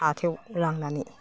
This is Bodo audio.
हाथायाव लांनानै